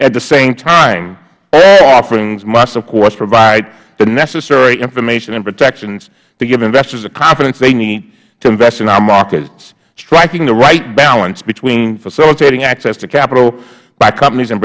at the same time all offerings must of course provide the necessary information and protections to give investors the confidence they need to invest in our markets striking the right balance between facilitating access to capital by companies